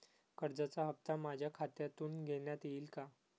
कर्जाचा हप्ता माझ्या खात्यातून घेण्यात येईल का?